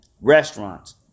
restaurants